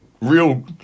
real